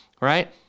right